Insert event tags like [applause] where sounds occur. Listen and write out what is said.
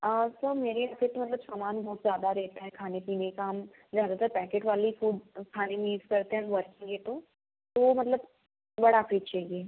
और सब मेरे यहाँ पर तो मतलब सामान बहुत ज्यादा रहता है खाने पीने का हम ज्यादातर पैकेट वाली फुड खाने में यूज करते हैं तो [unintelligible] तो तो मतलब बड़ा फ्रिज चाहिए